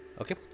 Okay